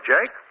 Jake